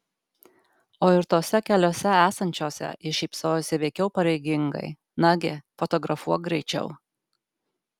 o ir tose keliose esančiose ji šypsojosi veikiau pareigingai nagi fotografuok greičiau